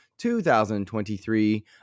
2023